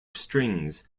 strings